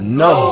no